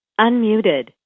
Unmuted